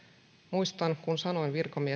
muistan kun sanoin virkamiesryhmälle ja virkamiehille että